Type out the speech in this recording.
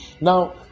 Now